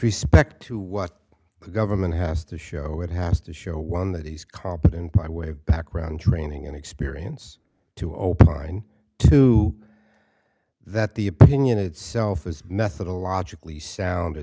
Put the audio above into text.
respect to what the government has to show it has to show one that he's competent by way of background training and experience to opine to that the opinion itself is methodologically sound